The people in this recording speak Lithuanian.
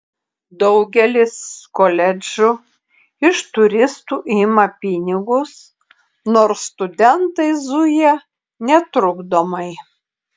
daugelis koledžų iš turistų ima pinigus nors studentai zuja netrukdomai